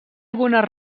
algunes